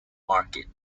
market